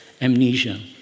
amnesia